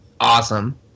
awesome